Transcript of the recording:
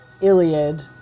Iliad